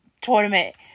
tournament